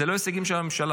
לא ההישגים של הממשלה.